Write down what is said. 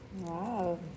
Wow